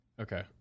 okay